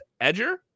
edger